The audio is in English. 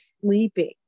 sleeping